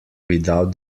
without